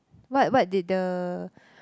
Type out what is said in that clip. what what did the